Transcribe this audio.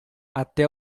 até